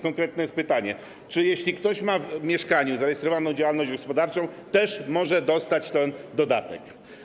Konkretne pytanie jest takie: Czy jeśli ktoś ma w mieszkaniu zarejestrowaną działalność gospodarczą, też może dostać ten dodatek?